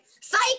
psych